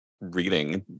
reading